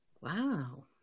Wow